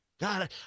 God